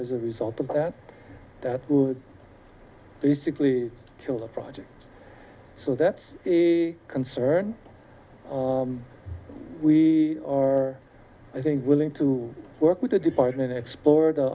as a result of that to basically kill the project so that's a concern we are i think willing to work with the department explore the